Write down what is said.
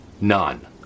None